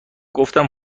گفتم